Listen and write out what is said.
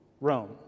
Rome